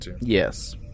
Yes